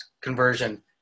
conversion